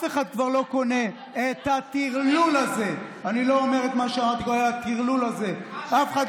אתם מחרימים את הוועדות, אולי תספר